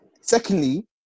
secondly